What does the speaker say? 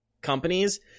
companies